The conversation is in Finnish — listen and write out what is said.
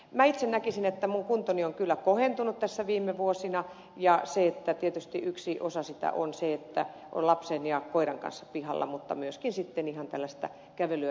minä itse näkisin että minun kuntoni on kyllä kohentunut tässä viime vuosina ja tietysti yksi osa sitä on se että on lapsen ja koiran kanssa pihalla mutta myöskin sitten on ihan tällaista kävelyä juoksuharjoitusta